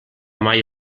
mai